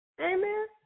Amen